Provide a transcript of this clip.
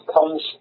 comes